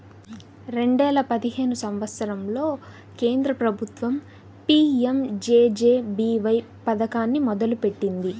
రెండేల పదిహేను సంవత్సరంలో కేంద్ర ప్రభుత్వం పీ.యం.జే.జే.బీ.వై పథకాన్ని మొదలుపెట్టింది